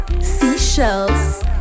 seashells